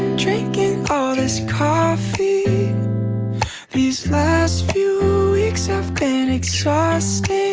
drinking all this coffee these last few weeks have been exhausting